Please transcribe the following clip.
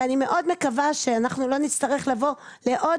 אני מאוד מקווה שאנחנו לא נצטרך לבוא לעוד